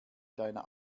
deiner